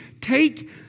Take